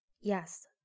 Yes